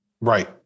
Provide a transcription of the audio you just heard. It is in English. Right